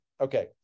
Okay